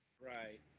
Right